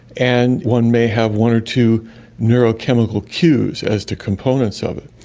and one may have one or two neurochemical cues as to components of it.